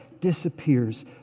disappears